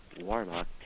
Warlock